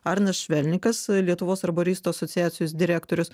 arnas švelnikas lietuvos arboristų asociacijos direktorius